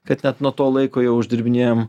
kad net nuo to laiko jau uždirbinėjam